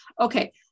okay